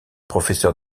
professeur